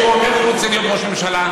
והוא אומר שהוא רוצה להיות ראש ממשלה.